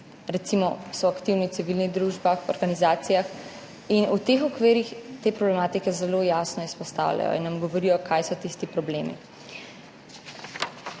recimo, aktivni so v civilnih družbah, organizacijah in v teh okvirih te problematike zelo jasno izpostavljajo in nam govorijo, kaj so tisti problemi.